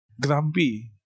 grumpy